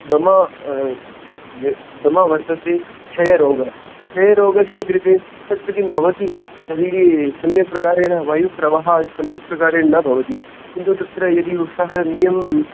दमा दमा वर्तते क्षयरोगः क्षयरोगस्य कृते तत्र किं भवति शरीरे सम्यक्प्रकारेण वायुप्रवाहः सम्यक्प्रकारेण न भवति किन्तु तत्र यदि उत्सर्गनियमः